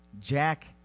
Jack